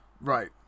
Right